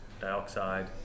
dioxide